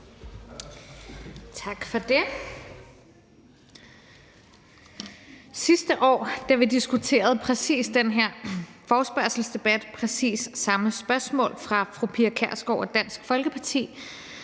Tak for det. Sidste år, da vi havde præcis den her forespørgselsdebat med præcis samme spørgsmål stillet af fru Pia Kjærsgaard og Dansk Folkeparti,